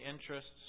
interests